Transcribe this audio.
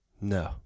No